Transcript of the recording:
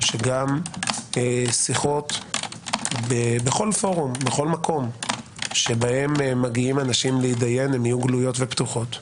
שגם שיחות בכל פורום ומקום שבהם מגיעים אנשים להידיין,